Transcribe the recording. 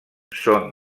són